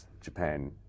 Japan